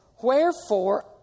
Wherefore